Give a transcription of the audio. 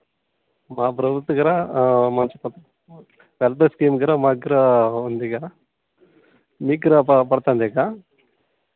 మా ప్రభుత్వం దగ్గర మంచి వెల్ఫేర్ స్కీమ్ దగ్గర మా దగ్గర ఉంది అక్క మీకు కూడా ప పడుతుంది అక్క